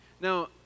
Now